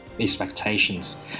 expectations